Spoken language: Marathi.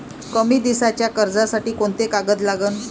कमी दिसाच्या कर्जासाठी कोंते कागद लागन?